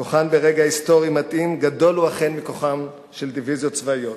כוחן ברגע היסטורי מתאים גדול הוא אכן מכוחן של דיוויזיות צבאיות.